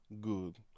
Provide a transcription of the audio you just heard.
Good